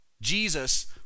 Jesus